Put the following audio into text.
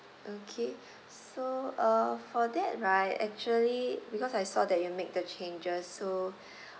okay so uh for that right actually because I saw that you make the changes so